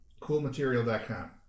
coolmaterial.com